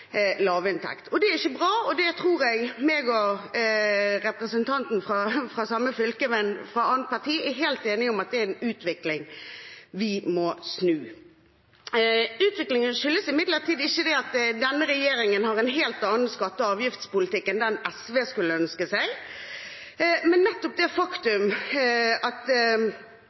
lavinntekt. Det er ikke bra, og det tror jeg at jeg og representanten – fra samme fylke, men fra et annet parti – er helt enige om er en utvikling vi må snu. Utviklingen skyldes imidlertid ikke at denne regjeringen har en helt annen skatte- og avgiftspolitikk enn den SV skulle ønske seg. Det er et faktum at